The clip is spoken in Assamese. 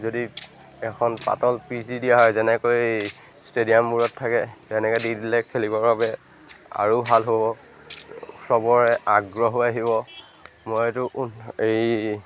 যদি এখন পাতল পি জি দিয়া হয় যেনেকৈ ষ্টেডিয়ামবোৰত থাকে তেনেকৈ দি দিলে খেলিবৰ বাবে আৰু ভাল হ'ব চবৰে আগ্ৰহো আহিব মইতো এই